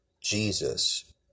Jesus